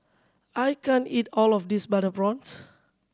I can't eat all of this butter prawns